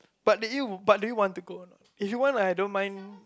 but did you but did you want to go a not if you want I don't mind